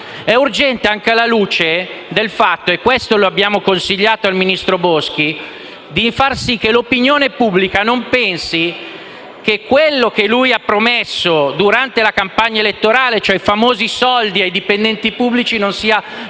è urgente, anche per far sì, come abbiamo consigliato al ministro Boschi, che l'opinione pubblica non pensi che quello che lui ha promesso durante la campagna elettorale, cioè i famosi soldi ai dipendenti pubblici, non sia